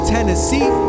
Tennessee